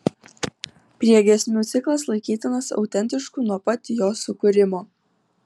priegiesmių ciklas laikytinas autentišku nuo pat jo sukūrimo